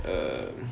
um